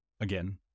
again